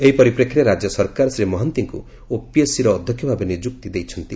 ଏହି ପରିପ୍ରେକ୍ଷୀରେ ରାଜ୍ୟ ସରକାର ଶ୍ରୀ ମହାନ୍ତିଙ୍କୁ ଓପିଏସ୍ସିର ଅଧ୍ଧକ୍ଷ ଭାବେ ନିଯୁକ୍ତି ଦେଇଛନ୍ତି